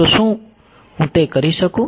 તો શું હું તે કરી શકું